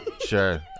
Sure